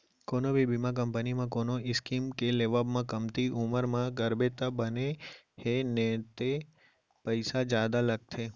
कोनो भी बीमा कंपनी म कोनो स्कीम के लेवब म कमती उमर म करबे तब बने हे नइते पइसा जादा लगथे